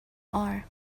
are